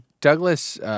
Douglas